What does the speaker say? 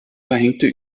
verhängte